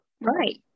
Right